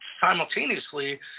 simultaneously